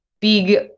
big